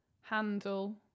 handle